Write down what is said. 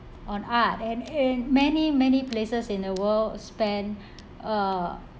on art and in many many places in the world spend uh